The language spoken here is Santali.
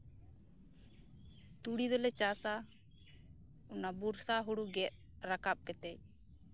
ᱛᱩᱲᱤ ᱫᱚᱞᱮ ᱪᱟᱥᱟ ᱚᱱᱟ ᱵᱚᱨᱥᱟ ᱦᱩᱲᱩ ᱜᱮᱫ ᱨᱟᱠᱟᱵ ᱠᱟᱛᱮ